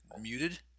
muted